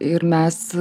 ir mes